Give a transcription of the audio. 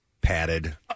padded